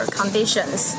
conditions